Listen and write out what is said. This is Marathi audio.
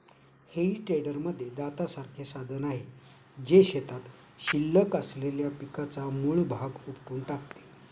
हेई टेडरमध्ये दातासारखे साधन आहे, जे शेतात शिल्लक असलेल्या पिकाचा मूळ भाग उपटून टाकते